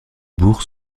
bourgs